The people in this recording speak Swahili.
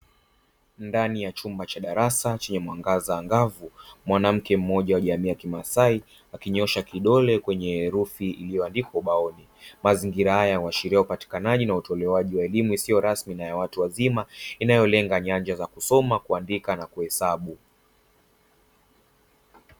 Ndani ya chumba cha darasa chenye mwangaza angavu mwanamke mmoja wa jamii ya kimasai akinyoosha kidole kwenye herufi iliyoandikwa ubaoni. Mazingira haya huashiria upatikanaji na utolewaji wa elimu isiyo rasmi na ya watu wazima inayolenga nyanja za kusoma, kuandika na kuhesabu.